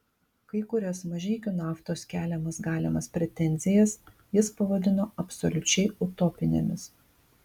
kai kurias mažeikių naftos keliamas galimas pretenzijas jis pavadino absoliučiai utopinėmis